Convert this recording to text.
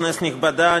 כנסת נכבדה,